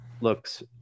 looks